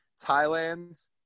thailand